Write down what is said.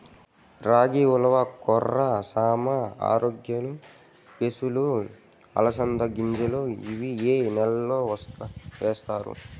రాగి, ఉలవ, కొర్ర, సామ, ఆర్కెలు, పెసలు, అలసంద గింజలు ఇవి ఏ నెలలో వేస్తారు?